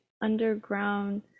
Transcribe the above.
underground